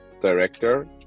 director